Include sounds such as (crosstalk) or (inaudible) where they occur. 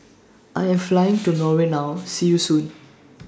I Am Flying (noise) to Norway now See YOU Soon